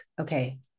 okay